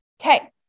Okay